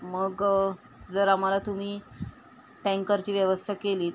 मग जर आम्हाला तुम्ही टँकरची व्यवस्था केलीत